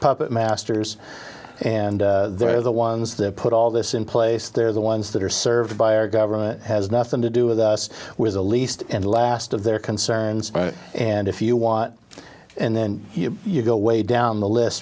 puppet masters and they're the ones that put all this in place they're the ones that are served by our government has nothing to do with us with the least and last of their concerns and if you want and then you go way down the list